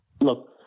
Look